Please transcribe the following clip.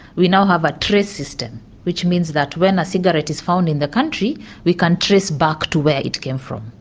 we now have a trace system which means that when a cigarette is found in the country we can trace back to where it came from.